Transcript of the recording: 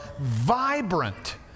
vibrant